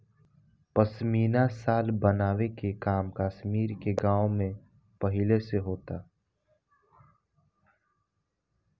पश्मीना शाल बनावे के काम कश्मीर के गाँव में पहिले से होता